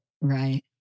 Right